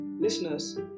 listeners